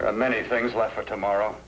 of many things left for tomorrow